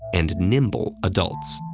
and nimble adults.